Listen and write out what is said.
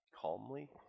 Calmly